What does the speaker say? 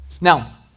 Now